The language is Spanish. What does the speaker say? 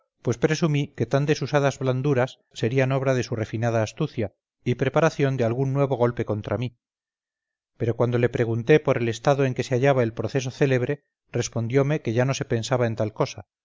pues presumí que tan desusadas blanduras serían obra de su refinada astucia y preparación de algún nuevo golpe contra mí pero cuando le pregunté por el estado en que se hallaba el proceso célebre respondiome que ya no se pensaba en tal cosa